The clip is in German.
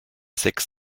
sechs